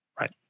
right